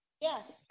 Yes